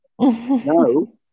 No